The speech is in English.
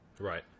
Right